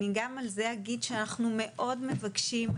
אני גם על זה אגיד שאנחנו מאוד מבקשים.